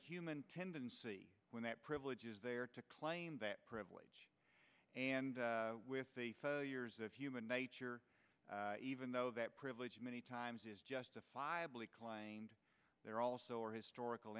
human tendency when that privilege is there to claim that privilege and with years of human nature even though that privilege many times is justifiably claimed there also are historical